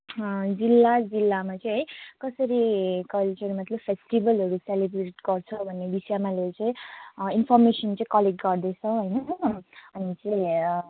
जिल्ला जिल्लामा चाहिँ है कसरी कल्चर मतलब फेस्टिभलहरू सेलिब्रेट गर्छ भन्ने विषयमा लिएर चाहिँ इन्फर्मेसन चाहिँ कलेक्ट गर्दैछ होइन अनि चाहिँ